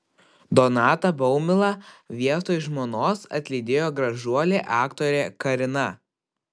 donatą baumilą vietoj žmonos atlydėjo gražuolė aktorė karina